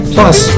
Plus